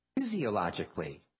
Physiologically